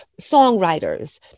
songwriters